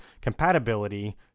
compatibility